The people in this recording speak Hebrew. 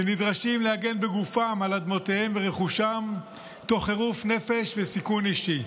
שנדרשים להגן בגופם על אדמותיהם ורכושם תוך חירוף נפש וסיכון אישי.